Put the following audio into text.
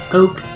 oak